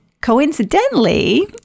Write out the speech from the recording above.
coincidentally